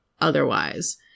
otherwise